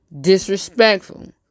disrespectful